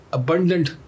abundant